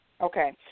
Okay